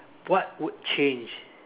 what would change